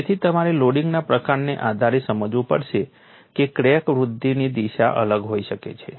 તેથી તમારે લોડિંગના પ્રકારને આધારે સમજવું પડશે કે ક્રેક વૃદ્ધિની દિશા અલગ હોઈ શકે છે